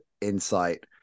insight